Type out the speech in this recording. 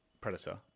Predator